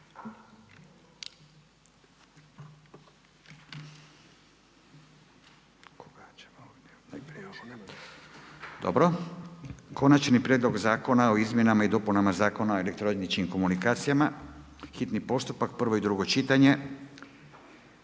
**Jandroković, Gordan (HDZ)** Konačni prijedlog zakona o Izmjenama i dopunama Zakona o elektroničkim komunikacijama, hitni postupak, prvo i drugo čitanje,